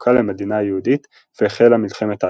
החלוקה למדינה היהודית והחלה מלחמת העצמאות.